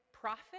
profit